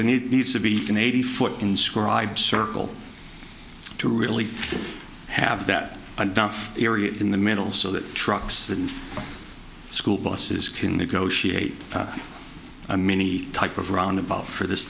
there needs to be an eighty foot inscribed circle to really have that duff area in the middle so that trucks and school buses can negotiate a mini type of roundabout for this